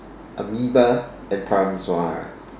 Amoeba and Parameswara